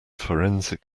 forensic